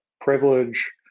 privilege